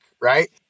Right